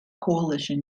coalition